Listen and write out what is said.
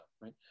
right